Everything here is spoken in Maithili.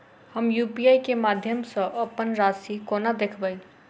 हम यु.पी.आई केँ माध्यम सँ अप्पन राशि कोना देखबै?